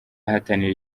ahatanira